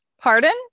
Pardon